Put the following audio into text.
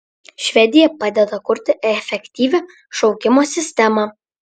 švedija padeda kurti efektyvią šaukimo sistemą